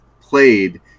played